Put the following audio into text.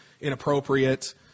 inappropriate